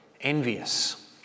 envious